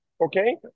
Okay